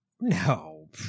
No